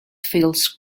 feels